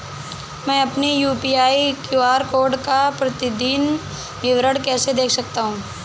मैं अपनी UPI QR code का प्रतीदीन विवरण कैसे देख सकता हूँ?